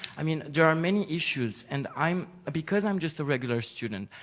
i mean, there are many issues and i'm because i'm just a regular student,